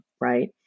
right